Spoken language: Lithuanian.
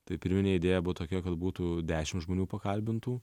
tai pirminė idėja buvo tokia kad būtų dešimt žmonių pakalbintų